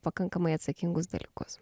pakankamai atsakingus dalykus